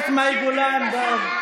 זה ספר תורה ששרפתם.